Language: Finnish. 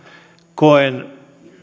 koen